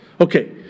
Okay